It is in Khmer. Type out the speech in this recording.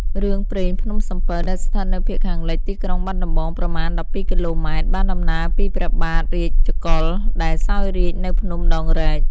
រឿងព្រេងភ្នំសំពៅ ដែលស្ថិតនៅភាគខាងលិចទីក្រុងបាត់ដំបង ប្រមាណ ១២ គីឡូម៉ែត្រ បានដំណាលពីព្រះបាទរាជកុល ដែលសោយរាជ្យនៅភ្នំដងរែក។